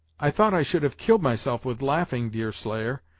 i thought i should have killed myself with laughing, deerslayer,